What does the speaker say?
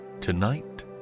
Tonight